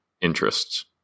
interests